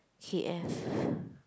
K F